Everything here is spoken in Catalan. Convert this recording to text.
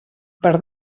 per